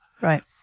Right